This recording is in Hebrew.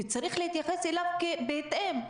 וצריך להתייחס אליו בהתאם.